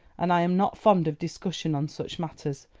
and i am not fond of discussion on such matters.